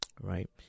Right